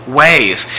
ways